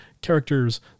characters